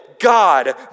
God